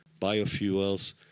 biofuels